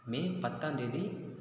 மே பத்தாந்தேதி